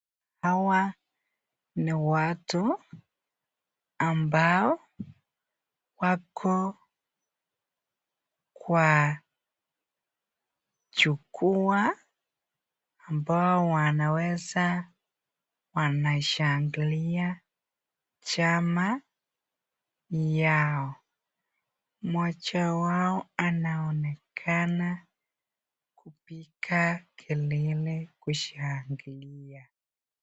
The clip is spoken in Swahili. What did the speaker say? Hawa ni watu ambao wako kwa jukwaa ambao wanaweza wanashangilia chama yao. Mmoja wao anaonekana kupiga kelele kushangilia.